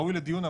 ראוי לדיון,